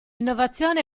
innovazione